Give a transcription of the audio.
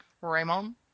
Raymond